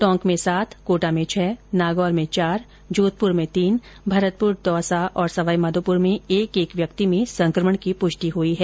टोंक में सात कोटा में छह नागौर में चार जोधपुर में तीन भरतपुर दौसा सवाईमाधोपुर में एक एक व्यक्ति में संकमण की पुष्टि हई है